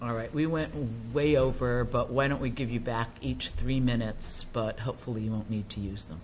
all right we went way over but when we give you back each three minutes but hopefully you won't need to use them